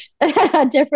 different